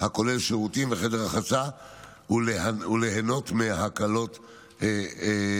הכולל שירותים וחדר רחצה וליהנות מההקלות הללו.